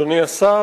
אדוני השר,